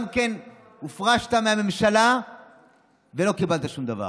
כן הופרשת מהממשלה ולא קיבלת שום דבר?